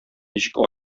ничек